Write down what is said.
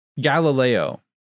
...Galileo